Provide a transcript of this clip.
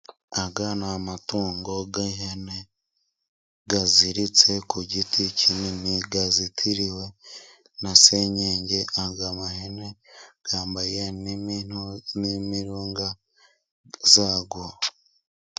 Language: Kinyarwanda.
Aya ni amatungo y'ihene aziritse ku giti kinini, azitiriwe na senyenge. Izi hene zambaye n'imirunga yazo.